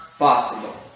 possible